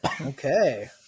okay